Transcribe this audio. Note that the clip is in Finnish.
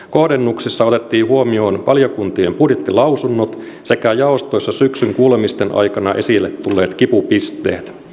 kohdennuksissa otettiin huomioon valiokuntien budjettilausunnot sekä jaostoissa syksyn kuulemisten aikana esille tulleet kipupisteet